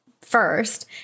first